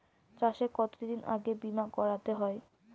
চাষে কতদিন আগে বিমা করাতে হয়?